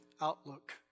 outlook